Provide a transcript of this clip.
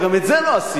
אבל גם את זה לא עשית,